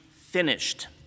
finished